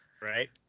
Right